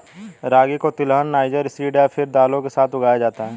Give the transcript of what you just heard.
रागी को तिलहन, niger seed या फिर दालों के साथ उगाया जाता है